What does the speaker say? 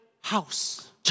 house